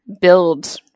build